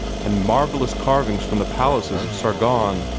and marvellous carvings from the palaces of sargon